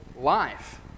life